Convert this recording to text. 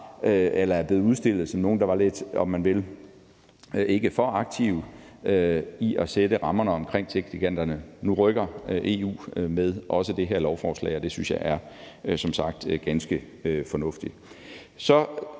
her debat blevet udstillet som nogle, der ikke var for aktive, om man vil, i forhold til at sætte rammerne omkring techgiganterne. Nu rykker EU med bl.a. det her lovforslag, og det synes jeg som sagt er ganske fornuftigt.